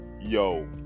yo